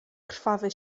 krwawy